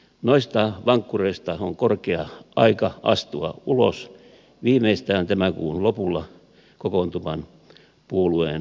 noista vankkureista on korkea aika astua ulos viimeistään tämän kuun lopulla kokoontuvan puolueen valtuuston päätöksellä